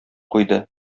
куйды